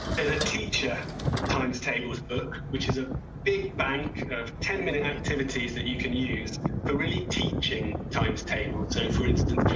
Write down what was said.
as a teacher times tables book, which is a big bank ten minute activities that you can use for really teaching times table. so for instance,